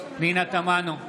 פנינה תמנו,